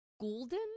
Golden